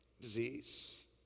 Disease